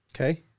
Okay